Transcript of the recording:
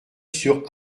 sur